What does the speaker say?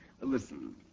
Listen